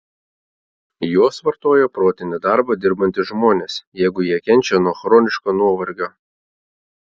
juos vartoja protinį darbą dirbantys žmonės jeigu jie kenčia nuo chroniško nuovargio